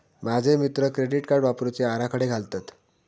माझे मित्र credit card वापरुचे आराखडे घालतत